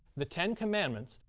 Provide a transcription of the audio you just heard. the ten commandments,